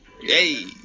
Yay